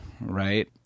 right